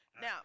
Now